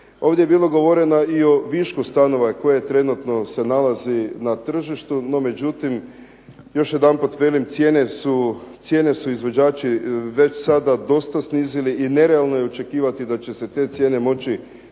Ovdje je bilo govoreno i o višku stanova koji trenutno se nalazi na tržištu, no međutim još jedanput kažem cijene su izvođači već sada dosta snizili i nerealno je očekivati da će se te cijene moći